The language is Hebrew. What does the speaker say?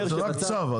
זה רק צו.